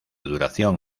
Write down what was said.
duración